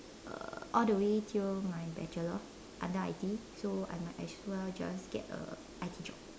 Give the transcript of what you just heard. uh all the way till my bachelor under I_T so I might as well just get a I_T job